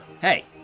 Hey